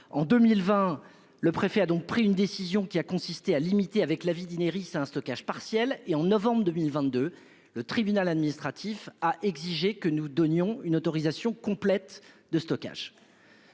en 2020, le préfet a donc pris une décision qui a consisté à limiter avec la vie d'Ineris un stockage partiel et en novembre 2022, le tribunal administratif a exigé que nous donnions une autorisation complète de stockage.--